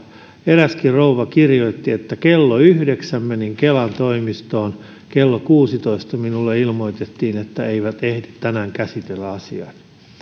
eräskin rouva kirjoitti että kello yhdeksän menin kelan toimistoon kello kuudelletoista minulle ilmoitettiin että eivät ehdi tänään käsitellä asiaani